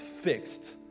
fixed